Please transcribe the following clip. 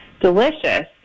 delicious